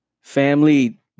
Family